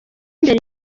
imbere